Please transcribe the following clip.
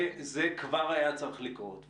זה כבר היה צריך לקרות.